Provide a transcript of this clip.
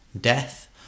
death